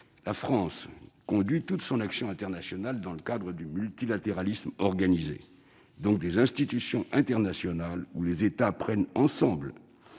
La France conduit toute son action internationale dans le cadre du multilatéralisme organisé et, donc, des institutions internationales où les États prennent ensemble